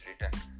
return